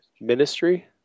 ministry